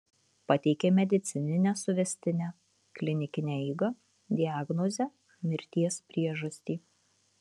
pateikė medicininę suvestinę klinikinę eigą diagnozę mirties priežastį